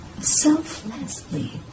selflessly